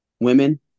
women